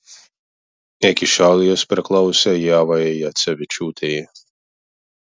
iki šiol jis priklausė ievai jacevičiūtei